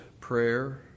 prayer